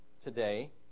today